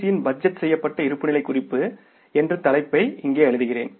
சியின் budget செய்யப்பட்ட இருப்புநிலை குறிப்பு என்று தலைப்பை இங்கே எழுதுகிறேன்